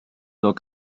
nur